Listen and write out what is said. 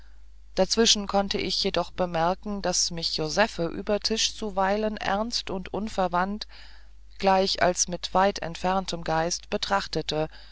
dazwischen konnte ich jedoch bemerken daß mich josephe über tisch zuweilen ernst und unverwandt gleich als mit weit entferntem geist betrachtete